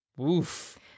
Oof